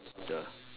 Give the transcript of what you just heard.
the